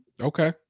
Okay